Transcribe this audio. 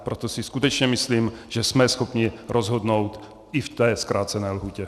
Proto si skutečně myslím, že jsme schopni rozhodnout i v té zkrácené lhůtě.